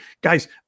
guys